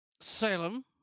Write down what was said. Salem